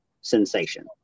sensation